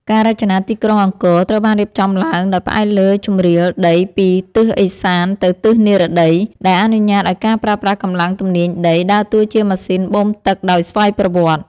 ការរចនាទីក្រុងអង្គរត្រូវបានរៀបចំឡើងដោយផ្អែកលើជម្រាលដីពីទិសឦសានទៅទិសនិរតី ដែលអនុញ្ញាតឱ្យការប្រើប្រាស់កម្លាំងទំនាញដី ដើរតួជាម៉ាស៊ីនបូមទឹកដោយស្វ័យប្រវត្តិ។